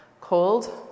cold